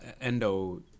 Endo